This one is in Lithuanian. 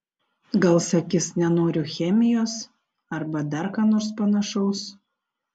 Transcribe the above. gal sakys nenoriu chemijos arba dar ką nors panašaus